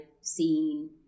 seen